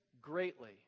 greatly